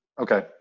Okay